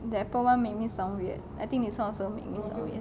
the apple will make me sound weird I think this [one] also make me sound weird